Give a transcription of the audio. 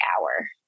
hour